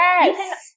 Yes